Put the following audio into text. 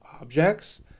objects